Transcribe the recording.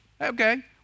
okay